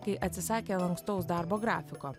kai atsisakė lankstaus darbo grafiko